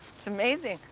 it's amazing.